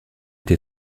été